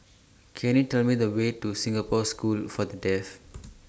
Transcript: Can YOU Tell Me The Way to Singapore School For The Deaf